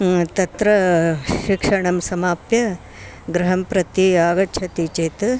तत्रा शिक्षणं समाप्य गृहं प्रति आगच्छति चेत्